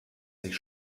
sich